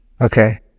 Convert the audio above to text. Okay